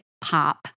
pop